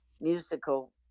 musical